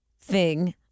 thing-